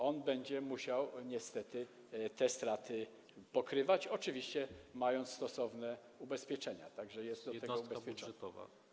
On będzie musiał niestety te straty pokrywać, oczywiście mając stosowne ubezpieczenia, tak więc jest to system ubezpieczony.